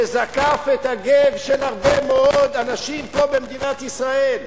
שזקף את הגב של הרבה מאוד אנשים פה במדינת ישראל,